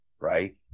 Right